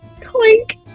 Clink